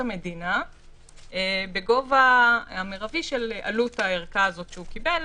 המדינה בגובה המרבי של עלות הערכה שהוא קיבל,